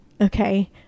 Okay